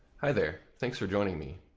hi there. thanks for joining me.